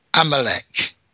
Amalek